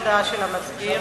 הודעה של המזכיר.